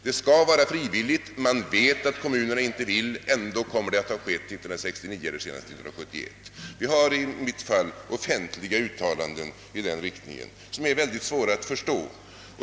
Det skall vara frivilligt, man vet att kommunerna inte vill, men ändå kommer det att vara genomfört 1969 eller senast 1971. Vi har offentliga uttalanden i den riktningen som är mycket svåra att förstå.